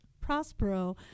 Prospero